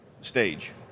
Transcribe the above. stage